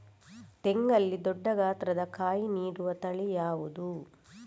ತೆಂಗಲ್ಲಿ ದೊಡ್ಡ ಗಾತ್ರದ ಕಾಯಿ ನೀಡುವ ತಳಿ ಯಾವುದು?